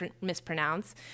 mispronounce